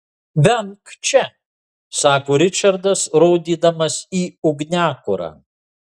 vemk čia sako ričardas rodydamas į ugniakurą